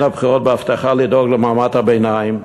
הבחירות בהבטחה לדאוג למעמד הביניים,